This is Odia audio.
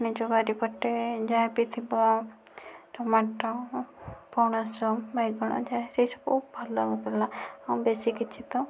ନିଜ ବାରି ପଟେ ଯାହା ବି ଥିବ ଟମାଟ ପଣସ ବାଇଗଣ ଯାହା ସେଇ ସବୁ ଭଲ ଲାଗୁଥିଲା ଆଉ ବେଶି କିଛି ତ